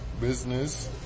business